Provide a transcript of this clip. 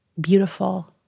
beautiful